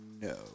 no